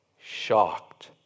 shocked